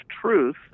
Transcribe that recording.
truth